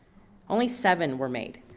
only seven were made.